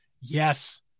Yes